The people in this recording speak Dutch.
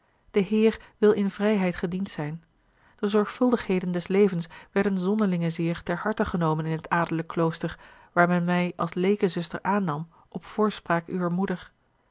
de heer wil in vrijheid gediend zijn de zorgvuldigheden des levens werden zonderlinge zeer ter harte genomen in het adellijk klooster waar men mij als leekezuster aannam op voorspraak uwer moeder